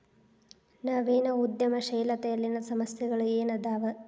ನವೇನ ಉದ್ಯಮಶೇಲತೆಯಲ್ಲಿನ ಸಮಸ್ಯೆಗಳ ಏನದಾವ